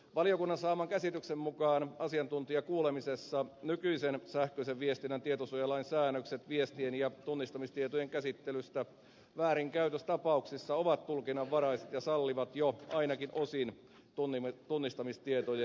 valiokunnan saaman käsityksen mukaan asiantuntijakuulemisessa nykyisen sähköisen viestinnän tietosuojalain säännökset viestien ja tunnistamistietojen käsittelystä väärinkäytöstapauksissa ovat tulkinnanvaraiset ja sallivat jo ainakin osin tunnistamistietojen käsittelyn